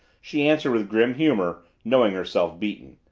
she answered with grim humor, knowing herself beaten.